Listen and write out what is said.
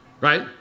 right